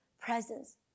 presence